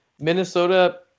Minnesota